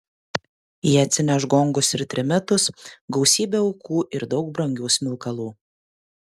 jie atsineš gongus ir trimitus gausybę aukų ir daug brangių smilkalų